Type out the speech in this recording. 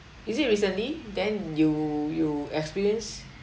is it recently then you you experience